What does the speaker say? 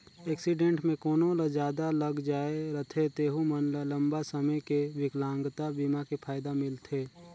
accident मे कोनो ल जादा लग जाए रथे तेहू मन ल लंबा समे के बिकलांगता बीमा के फायदा मिलथे